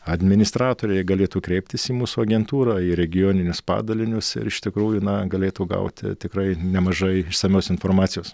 administratoriai galėtų kreiptis į mūsų agentūrą į regioninius padalinius ir iš tikrųjų na galėtų gauti tikrai nemažai išsamios informacijos